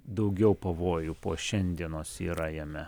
daugiau pavojų po šiandienos yra jame